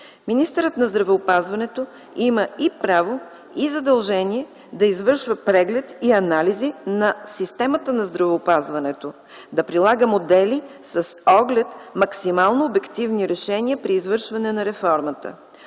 Министърът на здравеопазването има и право, и задължение да извършва преглед и анализи на системата на здравеопазването, да прилага модели с оглед максимално обективни решения при извършването на реформата,